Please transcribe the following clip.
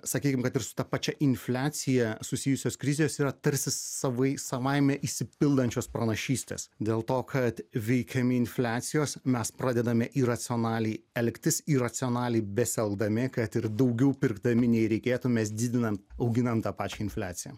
sakykime kad ir su ta pačia infliacija susijusios krizės yra tarsi savais savaime išsipildančios pranašystės dėl to kad veikiami infliacijos mes pradedame į racionaliai elgtis iracionaliai besielgdami kad ir daugiau pirkdami nei reikėtų mes didiname auginant tą pačia infliacija